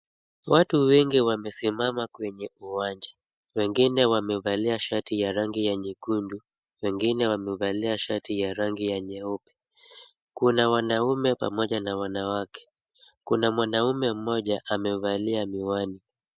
Watu wengi wamesimama kwenye uwanja. Wengine wamevalia shati ya rangi ya nyekundu, wengine wamevalia shati ya rangi ya nyeupe. Kuna wanaume pamoja na wanawake. Kuna mwanaume mmoja amevalia miwani.